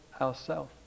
ourself